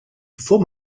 bevor